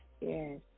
Yes